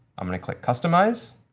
i'm going to click customize.